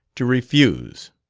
to refuse.